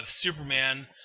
Superman